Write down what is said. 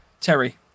Terry